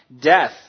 death